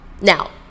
Now